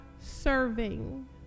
serving